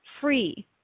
free